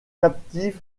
captive